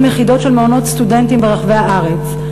יחידות של מעונות סטודנטים ברחבי הארץ.